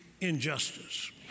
injustice